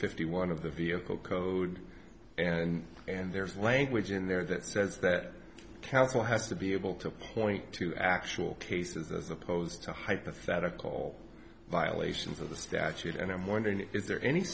fifty one of the vehicle code and and there's language in there that says that counsel has to be able to point to actual cases as opposed to hypothetical violations of the statute and i'm wondering is there any